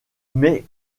mais